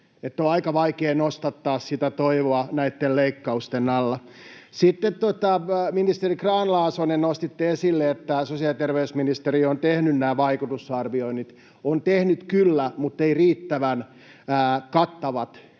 on aika vaikea nostattaa sitä toivoa näiden leikkausten alla. Sitten, ministeri Grahn-Laasonen, nostitte esille, että sosiaali- ja terveysministeriö on tehnyt nämä vaikutusarvioinnit. On tehnyt kyllä mutta ei riittävän kattavia